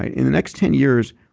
ah in the next ten years,